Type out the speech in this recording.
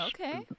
Okay